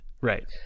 Right